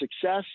success